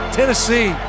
Tennessee